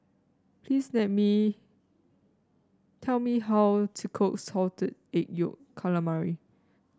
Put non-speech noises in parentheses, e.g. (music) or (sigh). please (unintelligible) me tell me how to cook Salted Egg Yolk Calamari